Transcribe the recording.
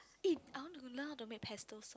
eh I want to learn how to make pesto